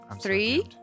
three